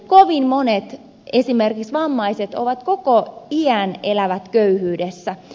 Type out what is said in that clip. kovin monet esimerkiksi vammaiset elävät koko iän köyhyydessä